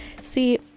See